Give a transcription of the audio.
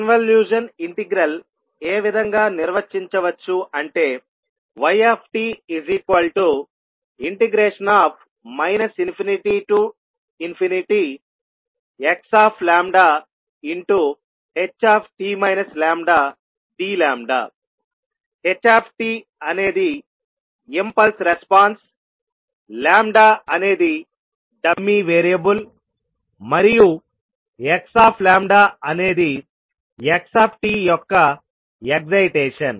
convolution integral ఏ విధంగా నిర్వచించవచ్చు అంటే yt ∞xht λdλ h అనేది ఇంపల్స్ రెస్పాన్స్ అనేది డమ్మీ వేరియబుల్ మరియు x అనేది xt యొక్క ఎక్సయిటేషన్